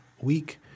week